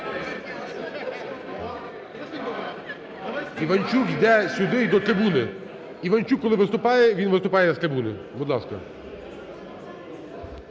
Іванчук іде сюди до трибуни. Іванчук коли виступає, він виступає з трибуни. Будь ласка.